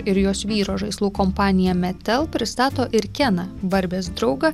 ir jos vyro žaislų kompanija metel pristato ir keną barbės draugą